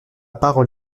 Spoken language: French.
parole